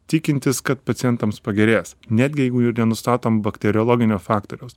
tikintis kad pacientams pagerės netgi jeigu ir nenustatom bakteriologinio faktoriaus